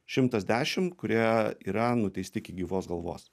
šimtas dešim kurie yra nuteisti iki gyvos galvos